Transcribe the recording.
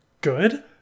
good